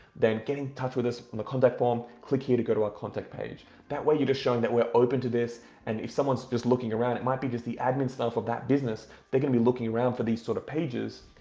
then get in touch with us on the contact form. click here to go to our contact page. that way you're just showing that we're open to this and if someone's just looking around, it might be just the admin staff of that business, they're gonna be looking around for these sort of pages,